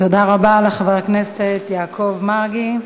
תודה רבה לחבר הכנסת יעקב מרגי.